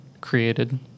created